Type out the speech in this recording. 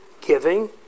giving